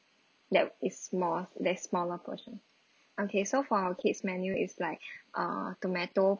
yup it's small that is smaller portion okay so for our kids menu is like err tomato